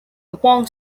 upon